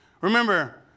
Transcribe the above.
Remember